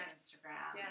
Instagram